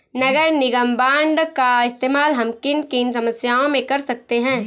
नगर निगम बॉन्ड का इस्तेमाल हम किन किन समस्याओं में कर सकते हैं?